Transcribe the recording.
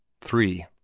Three